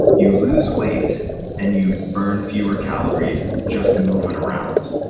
you lose weight and you burn fewer calories just moving around.